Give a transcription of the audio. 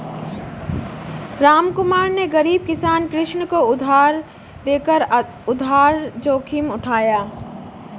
रामकुमार ने गरीब किसान कृष्ण को उधार देकर उधार जोखिम उठाया